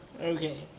Okay